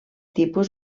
tipus